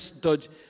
dodge